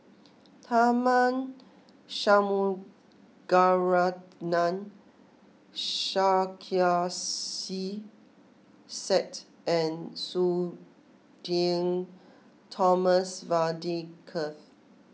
Tharman Shanmugaratnam Sarkasi Said and Sudhir Thomas Vadaketh